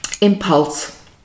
impulse